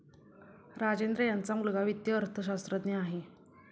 राजेंद्र यांचा मुलगा वित्तीय अर्थशास्त्रज्ञ आहे